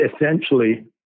essentially